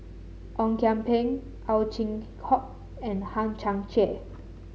Ong Kian Peng Ow Chin Hock and Hang Chang Chieh